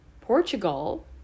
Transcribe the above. Portugal